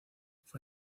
fue